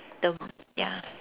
the ya